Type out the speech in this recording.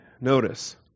Notice